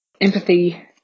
empathy